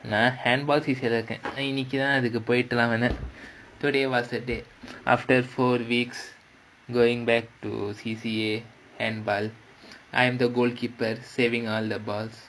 நான் இருக்கேன் இன்னைக்குத்தான் அதுல போயிட்டு வரேன்:naan irukkaen innaikkuthaan adhula poyittu varaen today was that date after four weeks going back to C_C_A and ball I am the goalkeeper saving all the balls